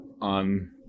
on